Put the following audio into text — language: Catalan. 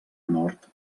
nord